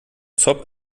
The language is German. zob